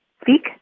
Speak